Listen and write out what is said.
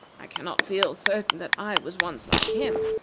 i cannot feel certain that i was once like him,